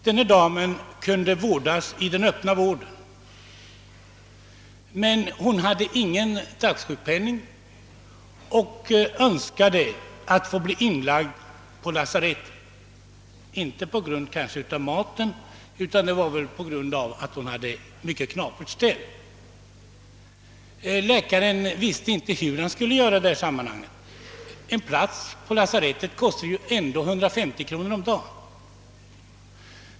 Denna dam kunde behandlas i öppen vård, men hon hade ingen dagsjukpenning och önskade bli inlagd på lasarettet, därför att hon hade det knapert ställt. Läkaren visste inte hur han skulle handla i detta fall. En plats på lasarettet kostade ändå 150 kronor om dagen.